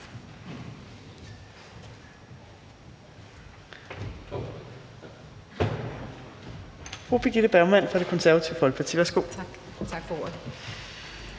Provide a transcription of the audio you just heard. Fru Birgitte Bergman fra Det Konservative Folkeparti. Værsgo. Kl. 18:45 (Ordfører